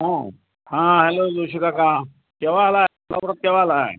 हां हां हॅलो जोशीकाका केव्हा आला आहे केव्हा आला आहे